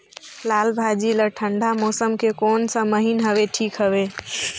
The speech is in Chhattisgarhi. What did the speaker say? लालभाजी ला ठंडा मौसम के कोन सा महीन हवे ठीक हवे?